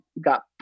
got